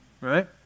right